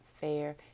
fair